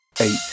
eight